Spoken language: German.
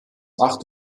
acht